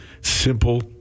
simple